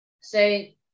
say